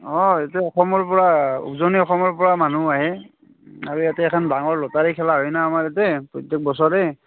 অঁ ইয়াতে অসমৰ পৰা উজনি অসমৰ পৰা মানুহ আহে আৰু ইয়াতে এখন ডাঙৰ লটাৰি খেলা হয় না অমাৰ ইয়াতে প্ৰত্যেক বছৰে